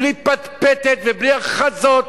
בלי פטפטת ובלי הכרזות